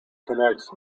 connects